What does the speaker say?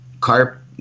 carp